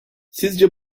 sizce